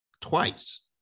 twice